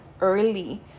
early